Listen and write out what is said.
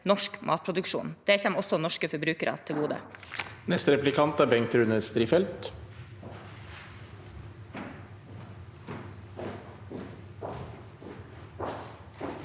norsk matproduksjon. Det kommer også norske forbrukere til gode.